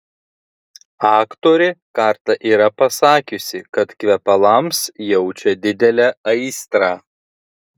aktorė kartą yra pasakiusi kad kvepalams jaučia didelę aistrą